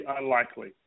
unlikely